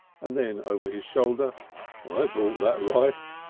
and then over his shoulder i brought that rice!